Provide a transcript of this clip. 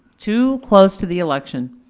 too close to the election.